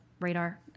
radar